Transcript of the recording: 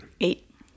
Eight